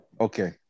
Okay